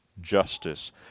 justice